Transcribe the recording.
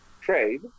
trade